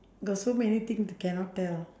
got so many thing to cannot tell